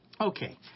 Okay